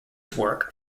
work